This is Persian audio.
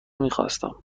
میخواستم